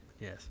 Yes